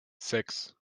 sechs